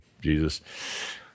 Jesus